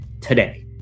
today